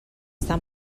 està